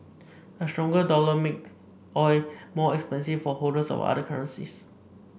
a stronger dollar make oil more expensive for holders of other currencies